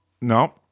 no